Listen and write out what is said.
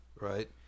right